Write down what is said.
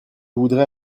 voudrais